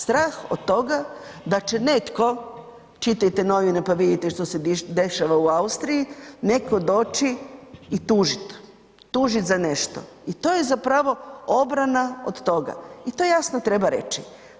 Strah od toga da će netko, čitajte novine što se dešava u Austriji, neko doći i tužiti, tužit za nešto i to je zapravo obrana od toga i to jasno treba reći.